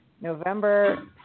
November